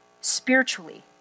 Spiritually